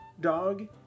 Dog